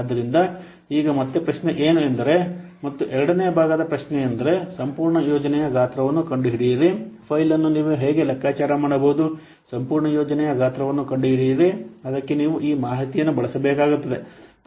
ಆದ್ದರಿಂದ ಈಗ ಮತ್ತೆ ಪ್ರಶ್ನೆ ಏನು ಎಂದರೆ ಮತ್ತು ಎರಡನೇ ಭಾಗದ ಪ್ರಶ್ನೆಯೆಂದರೆ ಸಂಪೂರ್ಣ ಯೋಜನೆಯ ಗಾತ್ರವನ್ನು ಕಂಡುಹಿಡಿಯಿರಿ ಫೈಲ್ ಅನ್ನು ನೀವು ಹೇಗೆ ಲೆಕ್ಕಾಚಾರ ಮಾಡಬಹುದು ಸಂಪೂರ್ಣ ಯೋಜನೆಯ ಗಾತ್ರವನ್ನು ಕಂಡುಹಿಡಿಯಿರಿ ಅದಕ್ಕೆ ನೀವು ಈ ಮಾಹಿತಿಯನ್ನು ಬಳಸಬೇಕಾಗುತ್ತದೆ